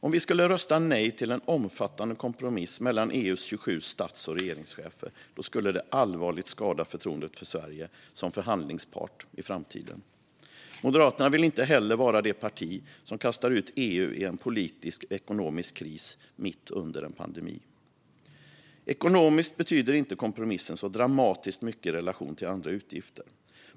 Om vi skulle rösta nej till en omfattande kompromiss mellan EU:s 27 stats och regeringschefer skulle det allvarligt skada förtroendet för Sverige som förhandlingspart i framtiden. Moderaterna vill inte heller vara det parti som kastar ut EU i en politisk och ekonomisk kris mitt under en pandemi. Ekonomiskt betyder inte kompromissen så dramatiskt mycket i relation till andra utgifter.